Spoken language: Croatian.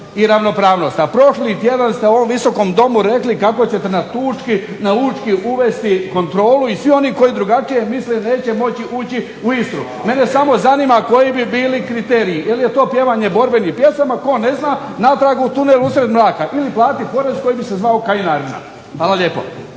i ravnopravnost, a prošli tjedan ste u ovom Visokom domu rekli kako ćete na Učki uvesti kontrolu i svi oni koji drugačije misle neće moći ući u Istru. Mene samo zanima koji bi bili kriteriji, jel je to pjevanje borbenih pjesama, tko ne zna natrag u tunel usred mraka ili platit porez koji bi se zvao kajinarina. Hvala lijepo.